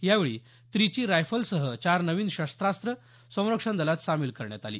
यावेळी त्रिची रायफलसह चार नवीन शस्त्रास्त्रं संरक्षण दलात सामील करण्यात आली